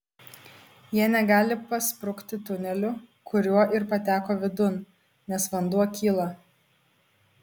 jie negali pasprukti tuneliu kuriuo ir pateko vidun nes vanduo kyla